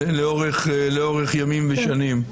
לאורך ימים ושנים.